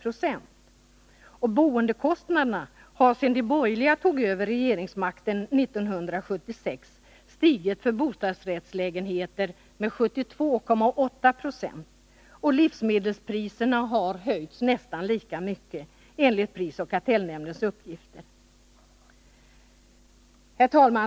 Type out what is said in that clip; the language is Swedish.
Boendekostnaderna för bostadsrättslägenheter har sedan de borgerliga tog över regeringsmakten 1976 stigit med 72,8 90, och livsmedelspriserna har höjts nästan lika mycket enligt prisoch kartellnämndens uppgifter. Herr talman!